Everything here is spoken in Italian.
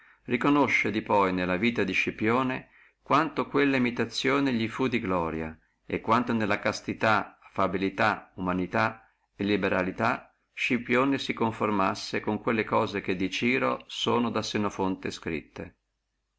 riconosce di poi nella vita di scipione quanto quella imitazione li fu di gloria e quanto nella castità affabilità umanità liberalità scipione si conformassi con quelle cose che di ciro da senofonte sono sute scritte